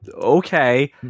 okay